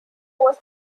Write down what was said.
was